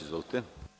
Izvolite.